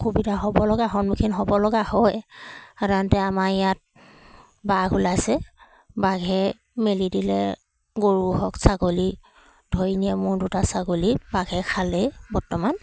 অসুবিধা হ'ব লগা সন্মুখীন হ'ব লগা হয় সাধাৰণতে আমাৰ ইয়াত বাঘ ওলাইছে বাঘে মেলি দিলে গৰু হওক ছাগলী ধৰি নিয়ে মোৰ দুটা ছাগলী বাঘে খালেই বৰ্তমান